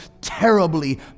terribly